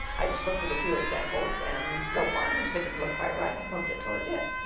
i just looked at a few examples and wrote one, and if it didn't look quite right, i poked it until it did.